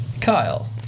Kyle